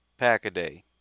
Packaday